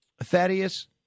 Thaddeus